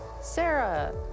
Sarah